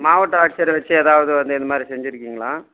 மாவட்ட ஆட்சியரை வைச்சி ஏதாவது வந்து இந்த மாதிரி செஞ்சுருக்கீங்களா